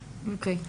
אוקי.